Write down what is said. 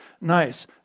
nice